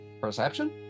Perception